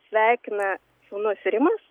sveikina sūnus rimas